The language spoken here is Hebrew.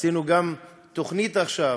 עשינו גם תוכנית עכשיו,